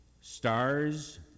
Stars